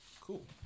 Cool